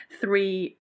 three